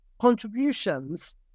contributions